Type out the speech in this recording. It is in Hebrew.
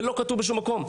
זה לא כתוב בשום מקום.